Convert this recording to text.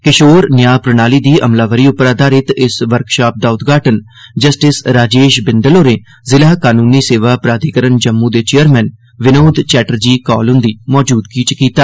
किशोर न्याऽ प्रणाली दी अमलावरी उप्पर आधारित इस वर्कशाप दा उद्घाटन जस्टिस राजेश बिंदल होरें जिला कानूनी सेवा प्राधिकरण जम्मू दे चेयरमैन विनोद चैटर्जी कौल हुंदी मौजूदी च कीता